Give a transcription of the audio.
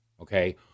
Okay